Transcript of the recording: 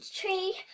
tree